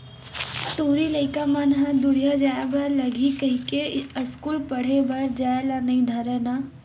टूरी लइका मन दूरिहा जाय बर लगही कहिके अस्कूल पड़हे बर जाय ल नई धरय ना